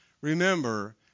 Remember